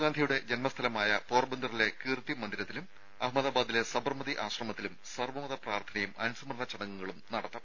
ഗാന്ധിജിയുടെ ജന്മസ്ഥലമായ പോർബന്തറിലെ കീർത്തി മന്ദിരത്തിലും അഹമ്മദാബാദിലെ സബർമതി ആശ്രമത്തിലും സർവ്വമത പ്രാർത്ഥനയും അനുസ്മരണ ചടങ്ങുകളും നടക്കും